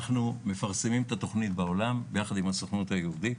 אנחנו מפרסמים את התוכנית בעולם יחד עם הסוכנות היהודית,